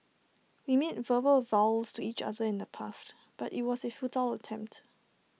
we made verbal vows to each other in the past but IT was A futile attempt